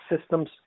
systems